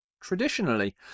Traditionally